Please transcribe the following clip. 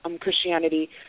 Christianity